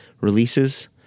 releases